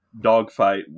dogfight